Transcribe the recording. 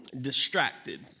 distracted